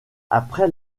après